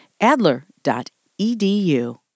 Adler.edu